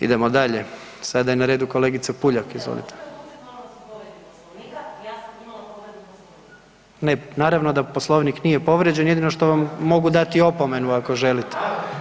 Idemo dalje, sada je na redu kolegica Puljak, izvolite. … [[Upadica iz klupe se ne razumije]] Ne, naravno da Poslovnik nije povrijeđen, jedino što vam mogu dati opomenu ako želite.